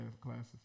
classes